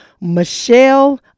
Michelle